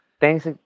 thanks